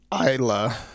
Isla